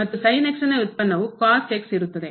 ಮತ್ತು ಉತ್ಪನ್ನವು ಇರುತ್ತದೆ